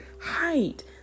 height